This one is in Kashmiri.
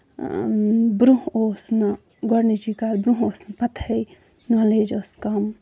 برونٛہہ اوس نہٕ گۄڈٕنِچی کَتھ برونٛہہ اوس نہٕ پَتہٕے نالیج ٲسۍ کَم